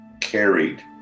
carried